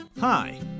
Hi